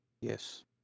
Yes